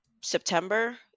september